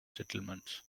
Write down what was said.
settlements